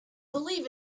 believe